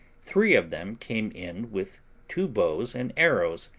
three of them came in with two bows and arrows,